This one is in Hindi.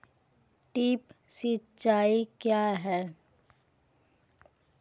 ड्रिप सिंचाई क्या होती हैं?